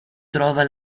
trova